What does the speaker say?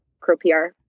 crowpr